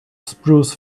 spruce